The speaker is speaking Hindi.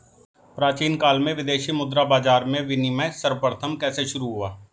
प्राचीन काल में विदेशी मुद्रा बाजार में विनिमय सर्वप्रथम कैसे शुरू हुआ?